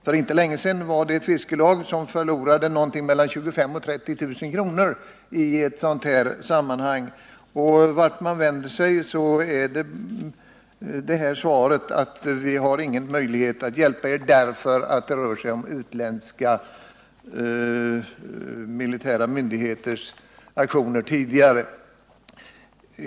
För inte länge sedan förlorade ett fiskelag 25 000-30 000 kr., och vart man än vänder sig får man svaret att det inte finns någon möjlighet att hjälpa, därför att det rör sig om utländska militära myndigheters aktioner.